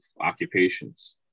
occupations